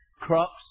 crops